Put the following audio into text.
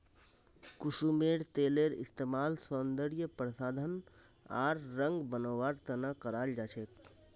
कुसुमेर तेलेर इस्तमाल सौंदर्य प्रसाधन आर रंग बनव्वार त न कराल जा छेक